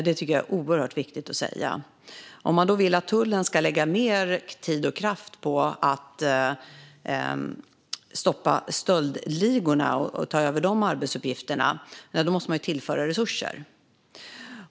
Det tycker jag är oerhört viktigt att säga. Om man vill att tullen ska lägga mer tid och kraft på att stoppa stöldligorna och ta över de arbetsuppgifterna måste man tillföra resurser.